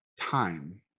time